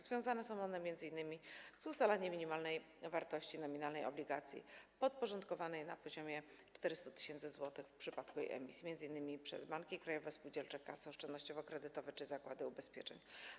Związane są one m.in. z ustaleniem minimalnej wartości nominalnej obligacji podporządkowanej na poziomie 400 tys. zł w przypadku jej emisji m.in. przez banki krajowe, spółdzielcze kasy oszczędnościowo-kredytowe czy zakłady ubezpieczeń.